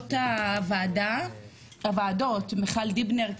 למנהלות הוועדות, מיכל דיבנר כרמל,